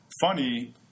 funny